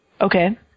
Okay